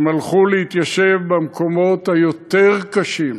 הם הלכו להתיישב במקומות היותר-קשים,